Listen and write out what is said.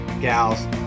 gals